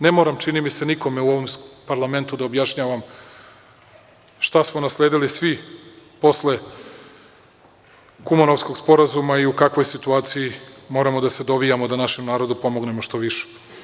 Ne moram, čini mi se, nikome u ovom parlamentu da objašnjavam šta smo nasledili svi posle Kumanovskog sporazuma i u kakvoj situaciji moramo da se dovijamo da našem narodu pomognemo što više.